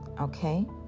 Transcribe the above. okay